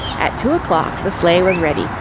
at two o'clock the sleigh was ready,